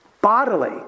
bodily